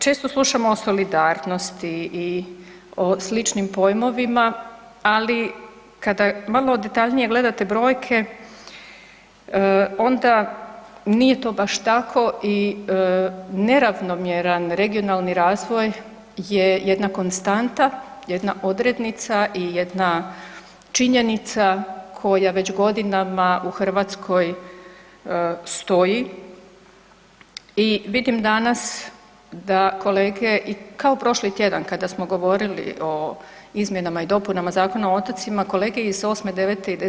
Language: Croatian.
Često slušamo o solidarnosti i o sličnim pojmovima ali kada malo detaljnije gledate brojke, onda nije to baš tako i neravnomjeran regionalni razvoj je jedna konstanta, jedna odrednica i jedna činjenica koja već godinama u Hrvatskoj stoji i vidim danas da kolege i kao prošli tjedan kada smo govorili o izmjenama i dopunama Zakona o otocima, kolege iz VIII., IX.